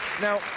Now